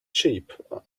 sheep